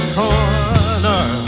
corner